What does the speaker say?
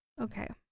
Okay